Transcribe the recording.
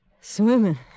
swimming